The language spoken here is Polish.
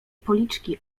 policzki